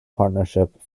partnership